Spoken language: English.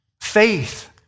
faith